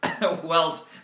Wells